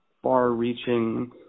Far-reaching